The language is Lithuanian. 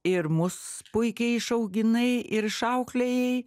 ir mus puikiai išauginai ir išauklėjai